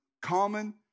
common